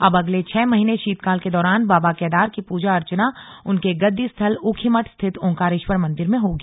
अब अगले छह महीने शीतकाल के दौरान बाबा केदार की पूजा अर्चना उनके गद्दीस्थल ऊखीमठ स्थित ओंकारेश्वर मंदिर में होगी